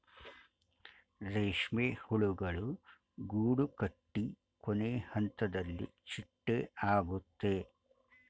ರೇಷ್ಮೆ ಹುಳುಗಳು ಗೂಡುಕಟ್ಟಿ ಕೊನೆಹಂತದಲ್ಲಿ ಚಿಟ್ಟೆ ಆಗುತ್ತೆ